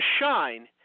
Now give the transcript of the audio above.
shine